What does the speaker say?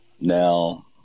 now